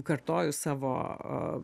kartoju savo